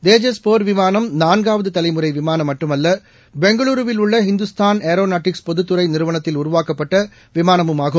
தேஜஸ் போர் விமானம் நான்காவது தலைமுறை விமானம் மட்டுமல்ல பெங்களுருவில் உள்ள இந்துஸ்தான் ஏரோநாட்டிக்ஸ் பொதுத்துறை நிறுவனத்தில் உருவாக்கப்பட்ட விமானம் ஆகும்